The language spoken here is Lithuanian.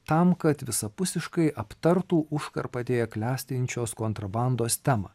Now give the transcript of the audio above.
tam kad visapusiškai aptartų užkarpatėje klestinčios kontrabandos temą